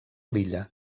l’illa